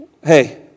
Hey